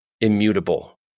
immutable